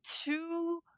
two